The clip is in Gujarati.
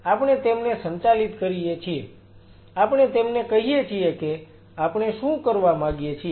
આપણે તેમને સંચાલિત કરીએ છીએ આપણે તેમને કહીએ છીએ કે આપણે શું કરવા માગીએ છીએ